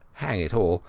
hang it all,